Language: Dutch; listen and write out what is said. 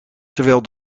terwijl